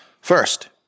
first